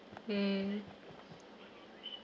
mm